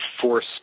force